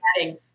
adding